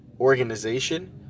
organization